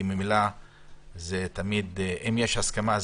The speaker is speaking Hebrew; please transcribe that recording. כי ממילא זה תמיד אם יש הסכמה,